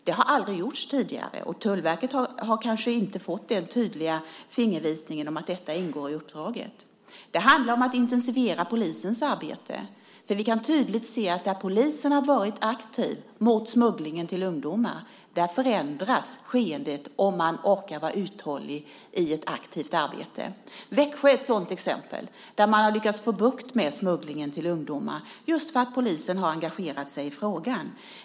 Det har aldrig gjorts tidigare, och Tullverket har kanske inte fått den tydliga fingervisningen om att detta ingår i uppdraget. Det handlar om att intensifiera polisens arbete. Vi kan tydligt se att där polisen har varit aktiv mot smugglingen till ungdomar förändras skeendet om man orkar vara uthållig i ett aktivt arbete. Växjö är ett sådant exempel, där man har lyckats få bukt med smugglingen till ungdomar, just för att polisen har engagerat sig i frågan.